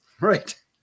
Right